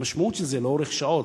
המשמעות של זה לאורך שעות,